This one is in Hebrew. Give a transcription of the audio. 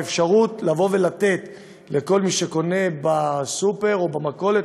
האפשרות לבוא ולתת לכל מי שקונה בסופר או במכולת